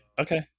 Okay